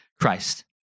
Christ